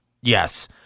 Yes